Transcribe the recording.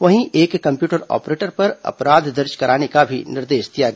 वहीं एक computer operator पर अपराध दर्ज करने का भी निर्देश दिया गया